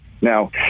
Now